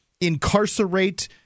incarcerate